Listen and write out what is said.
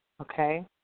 okay